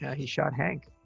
he shot hank.